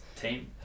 team